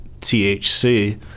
THC